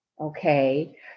Okay